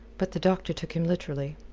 but the doctor took him literally.